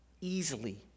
easily